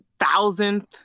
thousandth